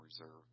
reserve